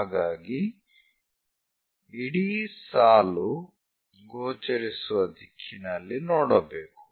ಹಾಗಾಗಿ ಇಡೀ ಸಾಲು ಗೋಚರಿಸುವ ದಿಕ್ಕಿನಲ್ಲಿ ನೋಡಬೇಕು